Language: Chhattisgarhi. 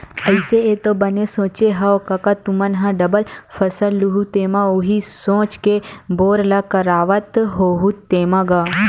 अइसे ऐ तो बने सोचे हँव कका तुमन ह डबल फसल लुहूँ तेमा उही सोच के बोर ल करवात होहू तेंमा गा?